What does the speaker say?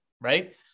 right